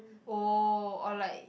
oh or like